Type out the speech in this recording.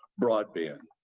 broadband.